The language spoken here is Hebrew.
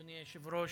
אדוני היושב-ראש,